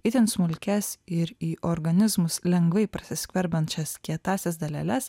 itin smulkias ir į organizmus lengvai prasiskverbiančias kietąsias daleles